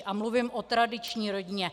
A mluvím o tradiční rodině.